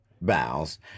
bowels